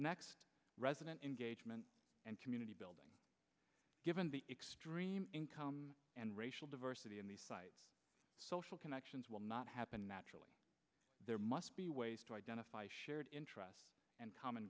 control resident engagement and community building given the extreme income and racial diversity in the site social connections will not happen naturally there must be ways to identify shared interests and common